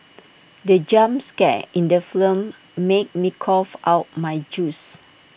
the jump scare in the flow made me cough out my juice